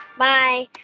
bye